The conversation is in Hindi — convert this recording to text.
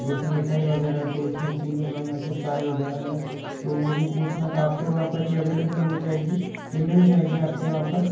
जैसे मिठाई वगैरह तो उसमें चीनी कम ऐसे चाय वगैरह में तो मुझे ये पूछना था आपके वहाँ पर ये अवेलेबल हो जाएगी ये मिल जाएगी आपके वहाँ पर